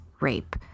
rape